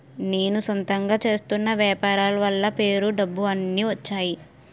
నేను సొంతంగా చేస్తున్న వ్యాపారాల వల్ల పేరు డబ్బు అన్ని వచ్చేయి